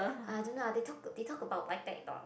ah I don't know ah they talk they talk about like that ah